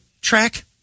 track